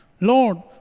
Lord